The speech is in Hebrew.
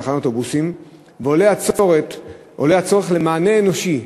בתחנות אוטובוסים ועולה הצורך במענה אנושי